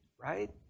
right